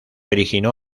originó